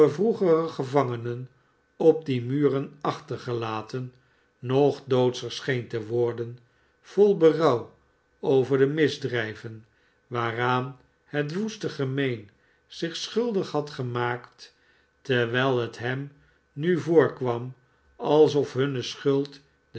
vroegere gevangenen op die muren achtergelaten nogdoodscher scheen te worden vol berouw over de misdrijven waaraan het woeste gemeen zich schuldig hadgemaakt terwijl het hem nu voorkwam alsof hunne schuld